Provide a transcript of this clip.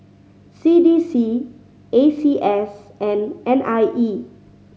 C D C A C S and N I E